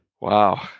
Wow